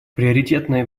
приоритетное